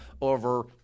over